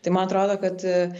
tai man atrodo kad